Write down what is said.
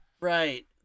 Right